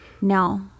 No